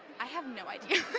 i have no idea.